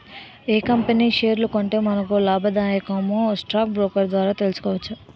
ఏ company షేర్లు కొంటే మనకు లాభాదాయకమో స్టాక్ బ్రోకర్ ద్వారా తెలుసుకోవచ్చు